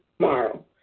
tomorrow